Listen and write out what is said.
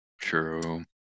True